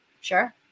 Sure